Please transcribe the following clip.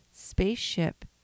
Spaceship